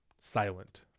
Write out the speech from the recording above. Silent